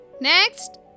Next